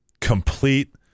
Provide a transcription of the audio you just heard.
complete